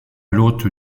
l’hôte